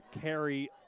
carry